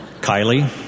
Kylie